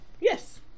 Yes